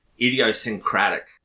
idiosyncratic